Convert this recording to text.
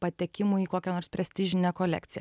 patekimu į kokią nors prestižinę kolekciją